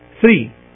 three